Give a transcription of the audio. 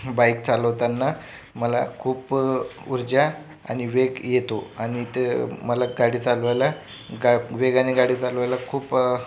bike चालवताना मला खूप ऊर्जा आणि वेग येतो आणि ते मला गाडी चालवायला गा वेगाने गाडी चालवायला खूप